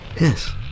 Yes